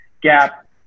gap